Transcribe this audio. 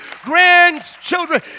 grandchildren